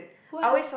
why